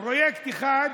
פרויקט אחד,